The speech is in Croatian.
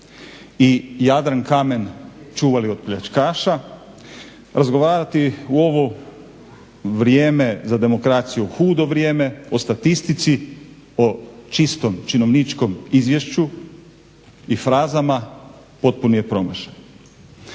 i Jadrankamen čuvali od pljačkaša, razgovarati u ovo vrijeme za demokraciju hudo vrijeme o statistici, o čistom činovničkom izvješću i frazama potpuni je promašaj.